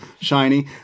shiny